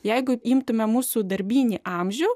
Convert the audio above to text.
jeigu imtumėme mūsų darbinį amžių